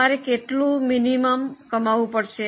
તમારે કેટલું લઘુત્તમ કમાવું પડશે